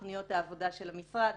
תוכניות העבודה של המשרד.